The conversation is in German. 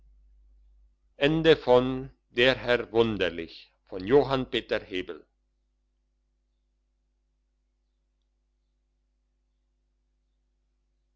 der herr wunderlich